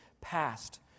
past